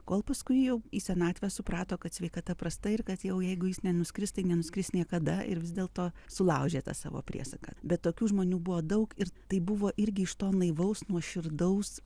kol paskui jau į senatvę suprato kad sveikata prasta ir kad jau jeigu jis nenuskris tai nenuskris niekada ir vis dėlto sulaužė tą savo priesaką bet tokių žmonių buvo daug ir tai buvo irgi iš to naivaus nuoširdaus